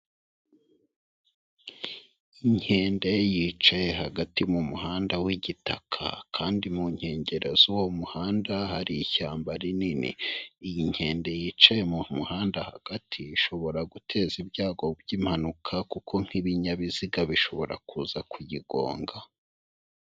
Inkende yicaye hagati mu muhanda w'igitaka kandi mu nkengero z'uwo muhanda hari ishyamba rinini, iyi kende yicaye mu muhanda hagati ishobora guteza ibyago by'impanuka kuko nk'ibinyabiziga bishobora kuza kuyigonga.